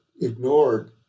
ignored